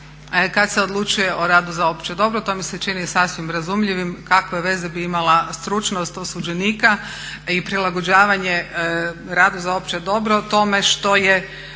kad se odlučuje o radu za opće dobro. To mi se čini sasvim razumljivim. Kakve veze bi imala stručnost osuđenika i prilagođavanje radu za opće dobro tome što je